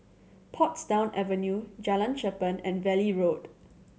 Portsdown Avenue Jalan Cherpen and Valley Road